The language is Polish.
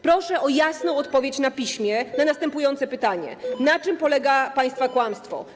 Proszę o jasną odpowiedź na piśmie na następujące pytanie: Na czym polega państwa kłamstwo?